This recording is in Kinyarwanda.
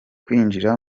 kwinjira